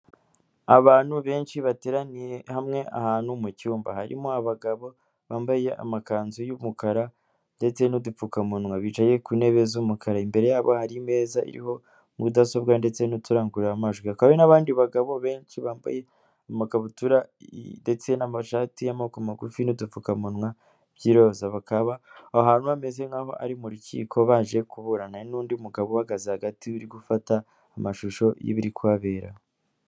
Abantu benshi bateraniye hamwe ahantu mu cyumba, harimo abagabo bambaye amakanzu y'umukara, ndetse n'udupfukamunwa. Bicaye ku ntebe z'umukara, imbere yabo hari imeza iriho mudasobwa ndetse n'uturangururamajwi, hakaba hari n'abandi bagabo benshi bambaye amakabutura ndetse n'amashati y'amaboko magufi n'udupfukamunwa by'iroza, bakaba ahantu hameze nk'aho ari mu rukiko baje kuburana, hari n'undi mugabo uhagaze hagati uri gufata amashusho y'ibiri kuhabera.